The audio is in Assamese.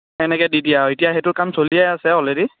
এনেকে দি দিয়া এতিয়া সেইটো কাম চলিয়েই আছে অলৰেডি